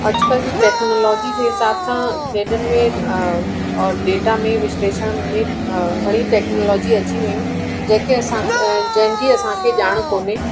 अॼकल्ह जी टेक्नोलॉजी जे हिसाब सां खेॾनि में और डेटा में विश्लेषण में घणी टेक्नोलॉजी अची वियूं आहिनि जंहिंखे असां जंहिंजी असांखे ॼाण कोन्हे